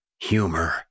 Humor